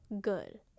good